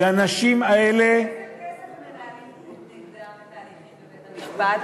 ובאיזה כסף הם מנהלים נגדם את ההליכים בבית-המשפט?